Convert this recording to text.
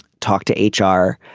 talk to h r.